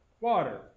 water